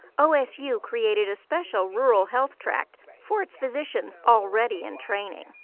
osu created a special rural health track for its physicians already in training.